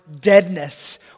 deadness